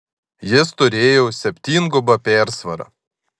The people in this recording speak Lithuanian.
jis turėjo septyngubą persvarą